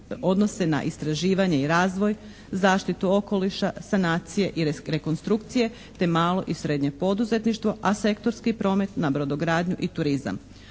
odnose na istraživanje i razvoj, zaštitu okoliša, sanacije i rekonstrukcije te malo i srednje poduzetništvo a sektorski promet na brodogradnju i turizam.